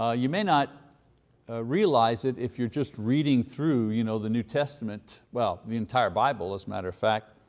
ah you may not realize it if you're just reading through you know the new testament, well, the entire bible as a matter of fact,